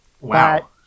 Wow